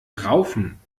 raufen